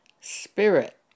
spirit